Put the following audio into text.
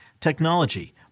technology